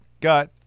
got